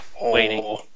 waiting